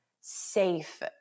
safe